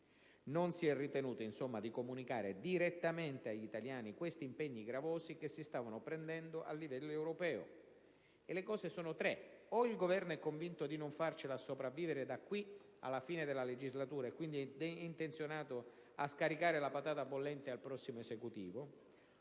Non si è ritenuto, insomma, di comunicare direttamente agli italiani questi impegni gravosi che si stavano prendendo a livello europeo. I casi sono tre: o il Governo è convinto di non farcela a sopravvivere da qui alla fine della legislatura, e dunque è intenzionato a scaricare la "patata bollente" al prossimo Esecutivo,